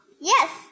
Yes